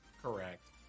correct